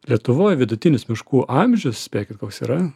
lietuvoj vidutinis miškų amžius spėkit koks yra